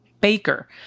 Baker